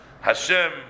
Hashem